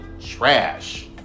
trash